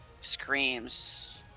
screams